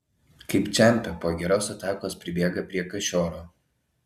kaip čempe po geros atakos pribėga prie kašioro